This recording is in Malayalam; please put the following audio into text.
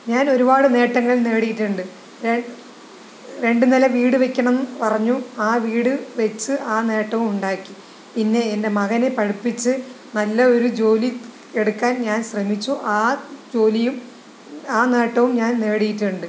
ഞാനൊരുപാട് നേട്ടങ്ങൾ നേടിയിട്ടുണ്ട് രണ്ടു നില വീട് വയ്ക്കണം പറഞ്ഞു ആ വീട് വെച്ച് ആ നേട്ടവും ഉണ്ടാക്കി പിന്നെ എൻ്റെ മകനെ പഠിപ്പിച്ച് നല്ല ഒരു ജോലി എടുക്കാൻ ഞാൻ ശ്രമിച്ചു ആ ജോലിയും ആ നേട്ടവും ഞാൻ നേടിയിട്ടുണ്ട്